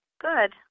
good